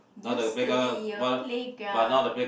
use to be your playground